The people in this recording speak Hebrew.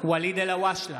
ואליד אלהואשלה,